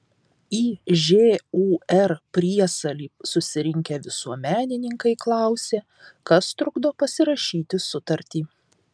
į žūr priesalį susirinkę visuomenininkai klausė kas trukdo pasirašyti sutartį